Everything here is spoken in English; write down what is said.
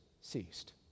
ceased